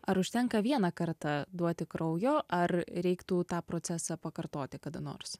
ar užtenka vieną kartą duoti kraujo ar reiktų tą procesą pakartoti kada nors